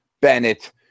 Bennett